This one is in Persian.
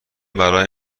برای